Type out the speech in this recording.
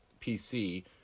PC